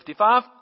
55